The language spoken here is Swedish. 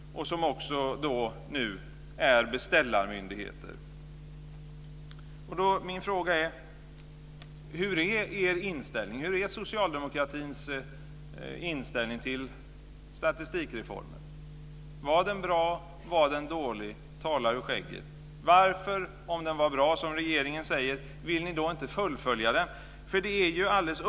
De är nu beställarmyndigheter. Min fråga är: Hur är socialdemokratins inställning till statistikreformen? Var den bra eller var den dålig? Tala ur skägget! Om den var bra, som regeringen säger - varför vill ni då inte fullfölja den?